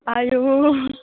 आयु